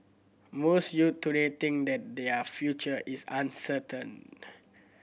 most youth today think that their future is uncertain